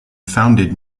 founded